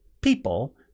people